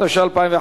התשע"א 2011,